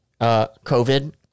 COVID